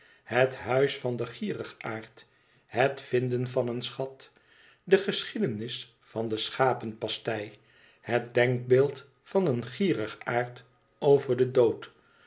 het huis van den gierigaard het vinden van een schat de geschiedenis van de schapenpastei het denkbeeld van een gierigaard over den dood